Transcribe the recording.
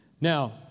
Now